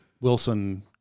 Wilson